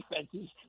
defenses